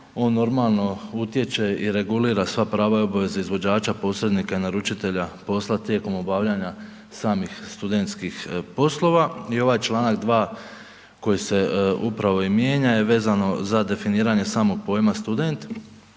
on normalno utječe i regulira sva prava i obveze posrednika i naručitelja posla tijekom obavljanja samih studentskih poslova i ovaj čl. 2. koji se upravo i mijenja je vezano za definiranje samog pojma student.